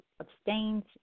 abstains